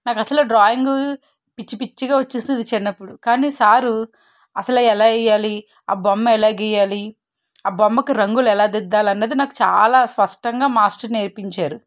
నాకు అసలే డ్రాయింగ్ పిచ్చిపిచ్చిగా వచ్చేసేది చిన్నప్పుడు కానీ సారు అసలు ఎలా వేయాలి ఆ బొమ్మ ఎలా గీయాలి ఆ బొమ్మకు రంగులు ఎలా దిద్దాలి అన్నది నాకు చాలా స్పష్టంగా మాస్టర్ నేర్పించారు